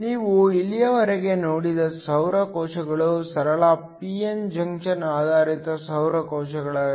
ನೀವು ಇಲ್ಲಿಯವರೆಗೆ ನೋಡಿದ ಸೌರ ಕೋಶಗಳು ಸರಳ p n ಜಂಕ್ಷನ್ ಆಧಾರಿತ ಸೌರ ಕೋಶಗಳಾಗಿವೆ